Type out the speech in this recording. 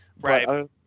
Right